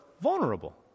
vulnerable